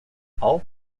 all